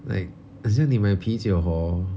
like assume 你买啤酒 hor